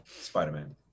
Spider-Man